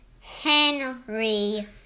Henry